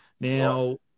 Now